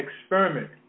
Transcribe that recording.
experiment